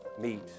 meet